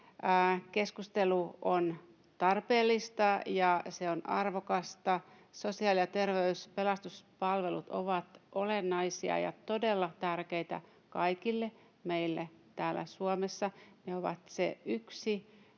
Keskustelu on tarpeellista, ja se on arvokasta. Sosiaali- ja terveys- ja pelastuspalvelut ovat olennaisia ja todella tärkeitä kaikille meille täällä Suomessa. Ne ovat yksi